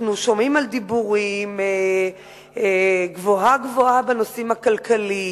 אנחנו שומעים דיבורים גבוהה-גבוהה בנושאים הכלכליים.